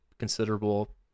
considerable